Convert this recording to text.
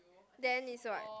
then is what